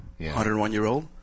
101-year-old